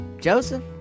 Joseph